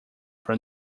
from